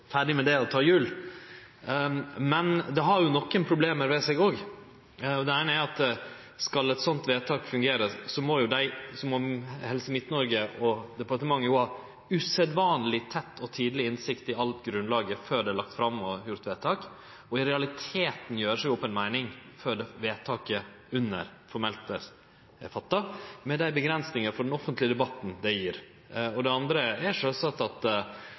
har jo nokre problem ved seg òg. Det eine er at viss eit sånt vedtak skal fungere, må Helse Midt-Noreg og departementet ha usedvanleg tett og tidleg innsikt i alt grunnlaget før det vert lagt fram og før det vert gjort vedtak, og dei må i realiteten gjere seg opp ei meining før vedtaket under formelt er fatta, med dei avgrensingar for den offentlege debatten det gjev. Det andre er sjølvsagt at det gjer det vanskelegare ikkje å vere einig. Er statsråden einig i at